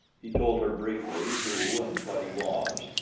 he told her briefly who and what he was,